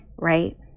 Right